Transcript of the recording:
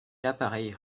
l’appareil